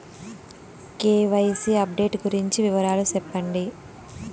KYC update గురించి వివరాలు సెప్పండి?